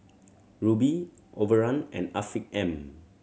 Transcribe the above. Rubi Overrun and Afiq M